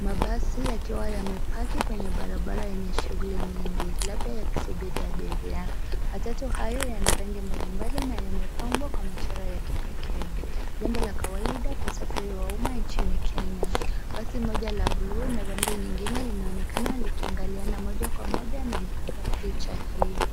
Mabasi yakiwa yamepaki kwenye barabara yenye shughuli nyingi, labda yakisubiri abiria. Matau hayo yana rangi mbali mbali na yamepambwa kwa michoro ya kipekee, jambo la kawaida kwa usafiri wa uma nchini Kenya. Basi moja ya blue na rangi nyingine linaonekana likiangaliana moja kwa moja na mpiga picha hili,